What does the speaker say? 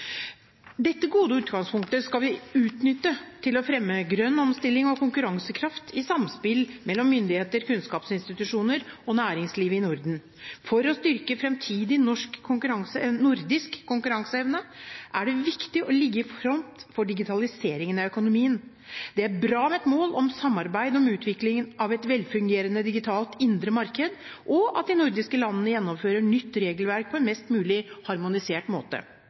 Dette gode utgangspunktet skal vi utnytte til å fremme grønn omstilling og konkurransekraft, i samspill mellom myndigheter, kunnskapsinstitusjoner og næringsliv i Norden. For å styrke framtidig nordisk konkurranseevne er det viktig å ligge i front for digitalisering av økonomien. Det er bra med et mål om samarbeid om utvikling av et velfungerende digitalt indre marked, og at de nordiske land gjennomfører nytt regelverk på en mest mulig harmonisert måte.